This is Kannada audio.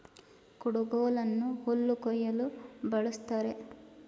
ಕುಡುಗೋಲನ್ನು ಹುಲ್ಲು ಕುಯ್ಯಲು ಬಳ್ಸತ್ತರೆ